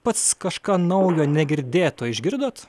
pats kažką naujo negirdėto išgirdot